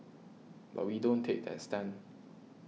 but we don't take that stand